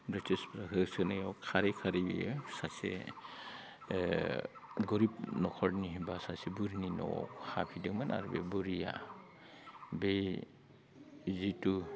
ब्रिटिसफोर होसोनायाव खारै खारै बियो सासे गोरिब न'खरनि बा सासे बुरिनि न'आव थाफैदोंमोन आरो बे बुरिआ बे जितु